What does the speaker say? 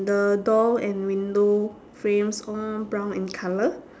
the door and window frames all brown in colour